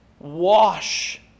wash